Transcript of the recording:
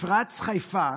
מפרץ חיפה